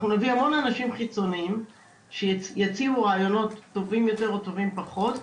אנחנו נביא המון אנשים חיצוניים שיציעו רעיונות טובים יותר וטובים פחות,